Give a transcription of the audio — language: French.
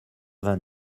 vingt